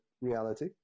reality